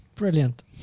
Brilliant